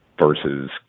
versus